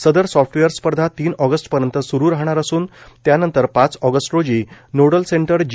सदर सॉफ्टवेअर स्पर्धा तीन ऑगस्टपर्यंत सुरू राहणार असून त्यानंतर पाच ऑगस्ट रोजी नोडल सेंटर जी